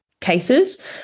cases